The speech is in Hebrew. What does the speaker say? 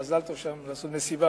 מזל טוב שם, עושים מסיבה.